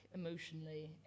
emotionally